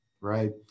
right